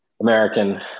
American